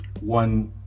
one